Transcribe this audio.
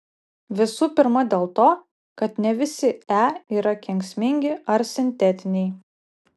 visų pirma dėl to kad ne visi e yra kenksmingi ar sintetiniai